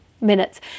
minutes